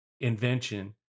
invention